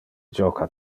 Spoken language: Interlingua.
joca